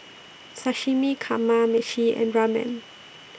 Sashimi Kamameshi and Ramen